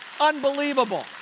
unbelievable